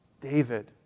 David